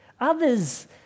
Others